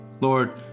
Lord